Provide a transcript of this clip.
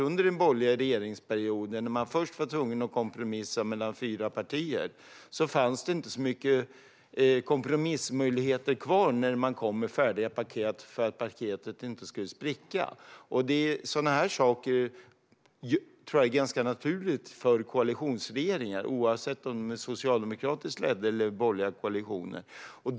Under den borgerliga regeringsperioden, när man var tvungen att först kompromissa mellan fyra partier, är det klart att det inte fanns så mycket kompromissmöjligheter kvar när man kom med färdiga paket om inte paketet skulle spricka. Sådana här saker tror jag är ganska naturliga för koalitionsregeringar, oavsett om de är socialdemokratiskt eller borgerligt ledda.